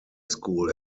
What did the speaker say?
school